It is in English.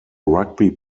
rugby